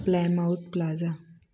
Playmore plaza